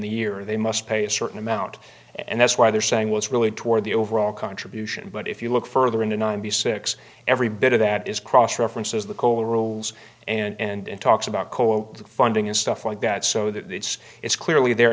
the year they must pay a certain amount and that's why they're saying was really toward the overall contribution but if you look further into ninety six every bit of that is cross references the coal rules and talks about coal funding and stuff like that so that it's it's clearly there